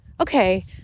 Okay